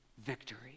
victory